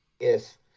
Yes